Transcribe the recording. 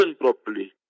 properly